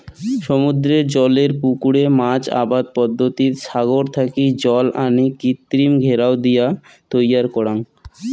সমুদ্রের জলের পুকুরে মাছ আবাদ পদ্ধতিত সাগর থাকি জল আনি কৃত্রিম ঘেরাও দিয়া তৈয়ার করাং